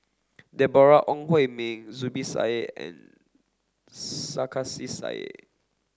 Deborah Ong Hui Min Zubir Said and Sarkasi Said